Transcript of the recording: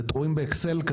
אלה תורים באקסל,